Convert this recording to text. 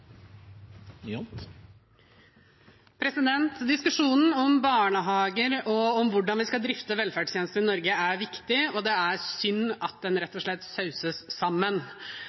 velgerne. Diskusjonen om barnehager og om hvordan vi skal drifte velferdstjenestene i Norge, er viktig, og det er synd at den rett og slett sauses sammen.